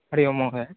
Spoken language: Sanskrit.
हरिः ओं महोदय